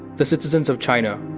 the citizens of china,